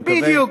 בדיוק,